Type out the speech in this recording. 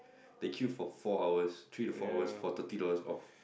they queue for four hours three to four hours for thirty dollars off